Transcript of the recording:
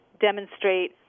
demonstrate